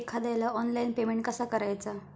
एखाद्याला online payment कसा करायचा?